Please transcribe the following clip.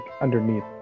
underneath